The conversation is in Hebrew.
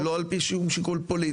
לא על פי שיקול פוליטי.